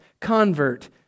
convert